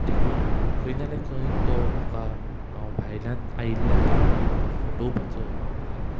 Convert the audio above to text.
देखून खंय ना जाल्यार खंय तो म्हाका हांव भायल्यान आयिल्ल्या कारणान म्हाका फटोवपाचो वा म्हाका